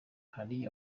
hari